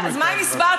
אז מה אם הסברת?